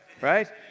right